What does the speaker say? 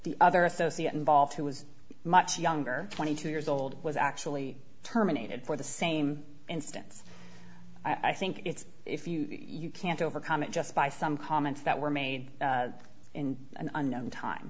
the other associate involved who was much younger twenty two years old was actually terminated for the same instance i think it's if you you can't overcome it just by some comments that were made in an unknown time